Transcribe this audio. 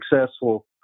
successful